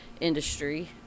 industry